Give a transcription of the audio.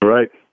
Right